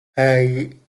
hey